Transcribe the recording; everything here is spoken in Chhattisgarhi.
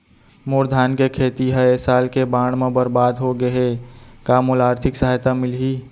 मोर धान के खेती ह ए साल के बाढ़ म बरबाद हो गे हे का मोला आर्थिक सहायता मिलही?